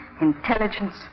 intelligence